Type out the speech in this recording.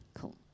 Cool